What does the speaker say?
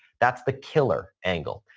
that's the killer angle.